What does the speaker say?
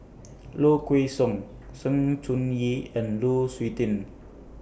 Low Kway Song Sng Choon Yee and Lu Suitin